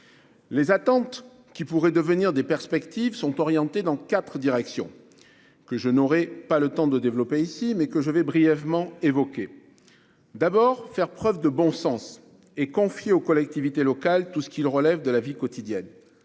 Les attentes qui pourraient devenir des perspectives sont orientées dans quatre directions, que je n'aurai pas le temps de développer ici, mais que j'évoquerai brièvement. Premièrement, il convient de faire preuve de bon sens et de confier aux collectivités locales tout ce qui relève de la vie quotidienne.